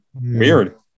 weird